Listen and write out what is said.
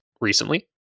recently